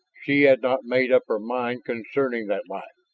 she had not made up her mind concerning that life